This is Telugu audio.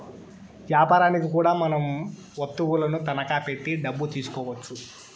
యాపారనికి కూడా మనం వత్తువులను తనఖా పెట్టి డబ్బు తీసుకోవచ్చు